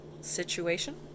situation